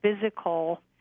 physical